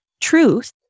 truth